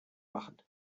machen